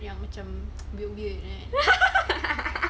yang macam weird weird eh